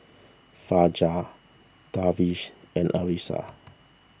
Fajar Darwish and Arissa